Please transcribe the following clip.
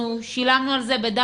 אנחנו שילמנו על זה בדם,